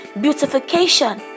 beautification